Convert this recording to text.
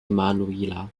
emanuela